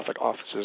offices